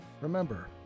Remember